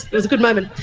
it was a good moment.